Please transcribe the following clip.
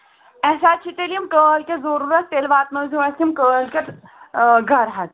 اَسہِ حظ چھِ تیٚلہِ یِم کٲلۍکٮ۪تھ ضٔروٗرتھ تیٚلہِ واتنٲیزیو اَسہِ یِم کٲلۍکٮ۪تھ گرٕ حظ